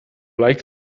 like